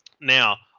now